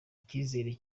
icyizere